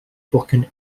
broken